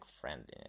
friendliness